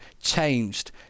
changed